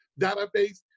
database